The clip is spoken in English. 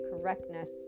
correctness